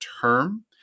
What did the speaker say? term